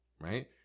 right